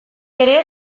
ere